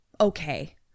okay